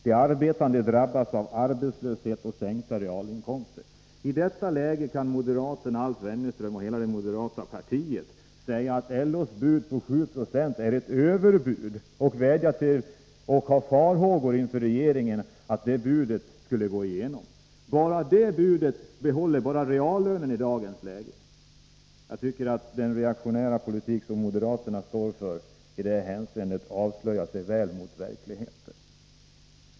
De arbetande drabbas av arbetslöshet och sänkta realinkomster. Och i detta läge kan moderaten Alf Wennerfors och hela moderata partiet säga att LO:s bud på 7 Jo är ett överbud! De har dessutom farhågor för att regeringen skulle acceptera detta bud. Men med detta bud bara bibehålls reallönerna i dagens läge. Jag tycker att den reaktionära politik som moderaterna för i det här hänseendet väl avspeglas i verkligheten.